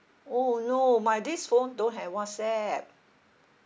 oh no my this phone don't have whatsapp